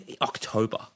October